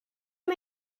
amb